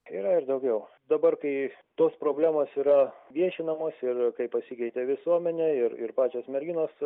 yra ir daugiau dabar kai tos problemos yra viešinamos ir kai pasikeitė visuomenė ir ir pačios merginos